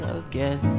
again